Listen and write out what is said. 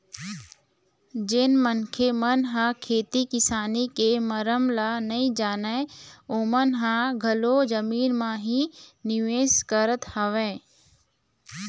जेन मनखे मन ह खेती किसानी के मरम ल नइ जानय ओमन ह घलोक जमीन म ही निवेश करत हवय